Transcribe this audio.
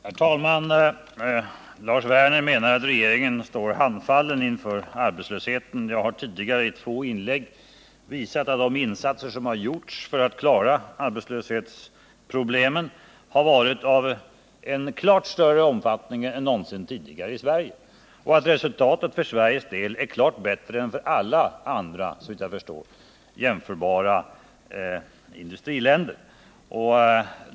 Herr talman! Lars Werner menar att regeringen står handfallen inför arbetslösheten. Jag har tidigare i två inlägg visat att de insatser som har gjorts för att klara arbetslöshetsproblemen har varit av större omfattning än någonsin tidigare i Sverige och att resultatet för Sveriges del är klart bättre än för alla andra jämförbara industriländer.